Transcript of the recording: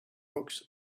books